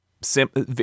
simple